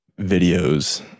videos